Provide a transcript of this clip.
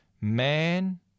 Man